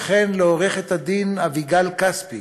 וכן לעו"ד אביגל כספי